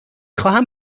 خواهم